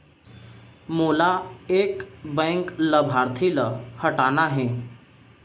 मोला एक बैंक लाभार्थी ल हटाना हे?